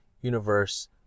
universe